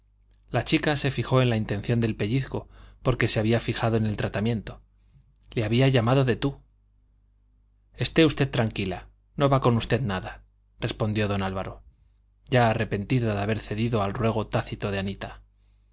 la chica se fijó en la intención del pellizco porque se había fijado en el tratamiento le había llamado de tú esté usted tranquila no va con usted nada respondió don álvaro ya arrepentido de haber cedido al ruego tácito de anita